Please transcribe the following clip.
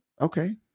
Okay